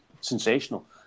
sensational